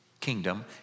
kingdom